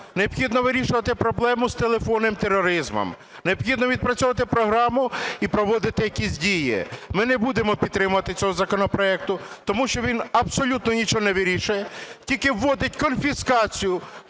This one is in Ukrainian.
Необхідно вирішувати проблему з телефонним тероризмом. Необхідно відпрацьовувати програму і проводити якісь дії. Ми не будемо підтримувати цього законопроекту, тому що він абсолютно нічого не вирішує, тільки вводить конфіскацію